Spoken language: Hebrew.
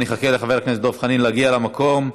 אני אחכה לחבר הכנסת דב חנין שיגיע למקום.